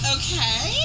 okay